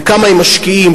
וכמה הם משקיעים,